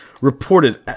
reported